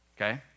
Okay